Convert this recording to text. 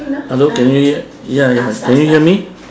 hello can you hear ya ya can you hear me